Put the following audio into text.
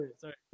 Sorry